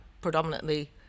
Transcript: predominantly